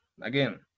again